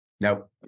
Nope